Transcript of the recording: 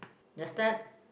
the start